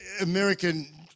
American